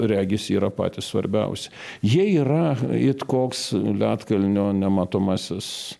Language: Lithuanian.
regis yra patys svarbiausi jie yra it koks ledkalnio nematomasis